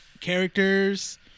characters